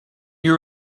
you